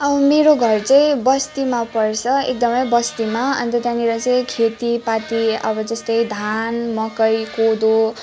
अब मेरो घर चाहिँ बस्तिमा पर्छ एकदमै बस्तिमा अन्त त्यहाँनिर चाहिँ खेतीपाती अब जस्तै धान मकै कोदो